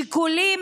"שיקולים